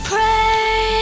Pray